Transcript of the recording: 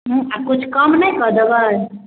किछु कम नहि कऽ देबै